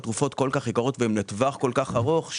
התרופות כל כך יקרות והן לטווח כל כך ארוך,